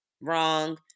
Wrong